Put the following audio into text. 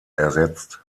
ersetzt